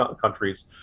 countries